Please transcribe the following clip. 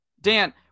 Dan